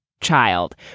child